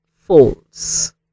false